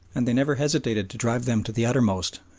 and they never hesitated to drive them to the uttermost,